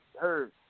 heard